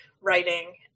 writing